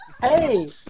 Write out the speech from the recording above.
Hey